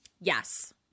yes